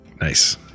Nice